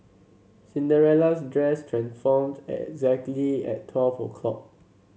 Cinderella's dress transformed exactly at twelve o'clock